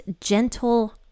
gentle